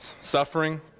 Suffering